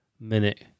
minute